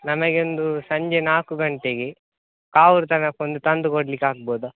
ನನಗೆ ಒಂದು ಸಂಜೆ ನಾಲ್ಕು ಗಂಟೆಗೆ ಕಾವೂರು ತನಕ ಒಂದು ತಂದುಕೊಡ್ಲಿಕ್ಕೆ ಆಗ್ಬೋದಾ